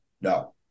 No